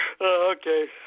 Okay